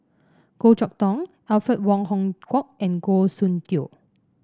Goh Chok Tong Alfred Wong Hong Kwok and Goh Soon Tioe